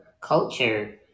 culture